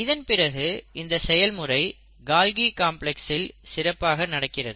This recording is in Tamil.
இதன்பிறகு இந்த செயல்முறை கால்கி காம்ப்ளக்ஸ்சில் சிறப்பாக நடக்கிறது